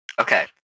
Okay